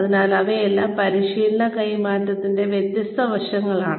അതിനാൽ ഇവയെല്ലാം പരിശീലന കൈമാറ്റത്തിന്റെ വ്യത്യസ്ത വശങ്ങളാണ്